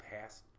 past